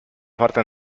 parte